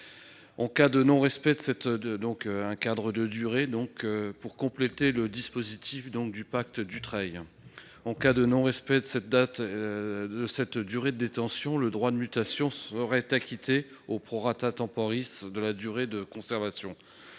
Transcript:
En cas de non-respect de cette durée de détention, les droits de mutation seraient acquittés de la durée de conservation.